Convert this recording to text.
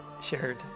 shared